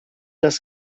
das